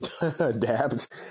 Adapt